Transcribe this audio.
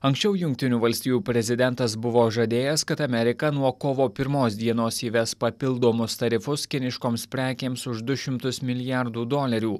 anksčiau jungtinių valstijų prezidentas buvo žadėjęs kad amerika nuo kovo pirmos dienos įves papildomus tarifus kiniškoms prekėms už du šimtus milijardų dolerių